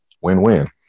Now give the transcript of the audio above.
win-win